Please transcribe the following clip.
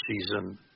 season